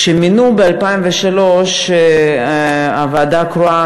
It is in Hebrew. כשמינו ב-2003 ועדה קרואה,